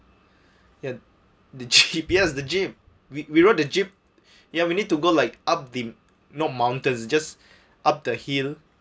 ya the gps the jeep we we rode the jeep ya we need to go like up the not mountains just up the hill